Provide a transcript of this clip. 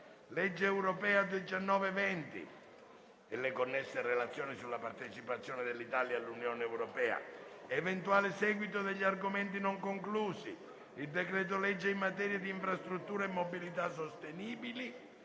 Camera dei deputati, e connesse relazioni sulla partecipazione dell'Italia all'Unione europea; eventuale seguito degli argomenti non conclusi; il decreto-legge in materia di infrastrutture e mobilità sostenibili